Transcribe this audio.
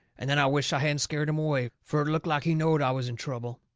and then i wisht i hadn't scared him away, fur it looked like he knowed i was in trouble.